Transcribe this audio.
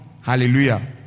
hallelujah